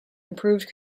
improved